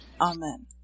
Amen